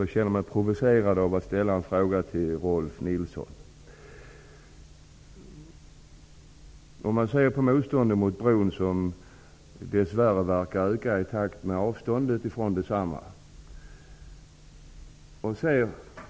Jag känner mig provocerad att ställa en fråga till Rolf L Nilson. Motståndet mot bron verkar dess värre öka i takt med avståndet från densamma.